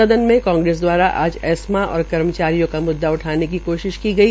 सदन में कांग्रेस दवारा आज एस्मा और कर्मचारियो का म्द्दा उठाने की कोशिश की गई